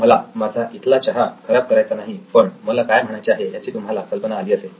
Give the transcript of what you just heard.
मला माझा इथला चहा खराब करायचा नाही पण मला काय म्हणायचे आहे याची तुम्हाला कल्पना आली असेल